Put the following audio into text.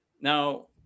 Now